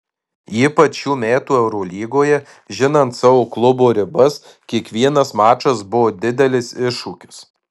ypač šių metų eurolygoje žinant savo klubo ribas kiekvienas mačas buvo didelis iššūkis